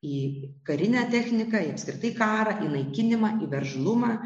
į karinę techniką ir apskritai karą į naikinimą į veržlumą